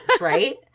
right